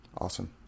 Awesome